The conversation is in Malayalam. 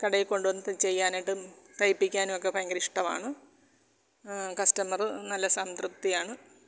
കടയിൽ കൊണ്ടു വന്നിട്ട് ചെയ്യാനായിട്ട് തയ്പ്പിക്കാനുമൊക്കെ ഭയങ്കര ഇഷ്ടമാണ് കസ്റ്റമറ് നല്ല സംതൃപ്തിയാണ്